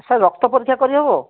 sir ରକ୍ତ ପରୀକ୍ଷା କରିହେବ